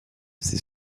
ses